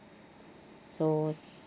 so